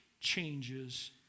Changes